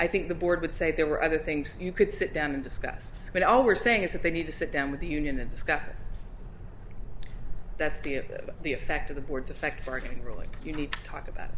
i think the board would say there were other things you could sit down and discuss but all we're saying is that they need to sit down with the union and discuss it that's the of the effect of the board's effect for anything really you need to talk about